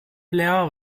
blair